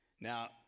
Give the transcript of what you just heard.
Now